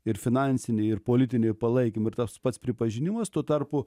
ir finansinį ir politinį palaikymą ir tas pats pripažinimas tuo tarpu